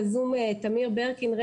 בזום תמיר ברקין,